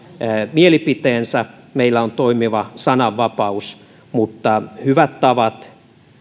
mielipiteensä meillä on toimiva sananvapaus mutta hyvät tavat